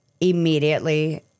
immediately